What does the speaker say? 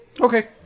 Okay